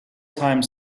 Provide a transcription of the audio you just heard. time